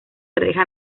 reja